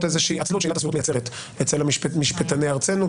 איזושהי עצלות שעילת הסבירות מייצרת אצל משפטני ארצנו,